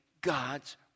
God's